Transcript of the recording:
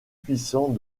puissant